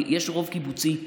כי יש רוב קיבוצי,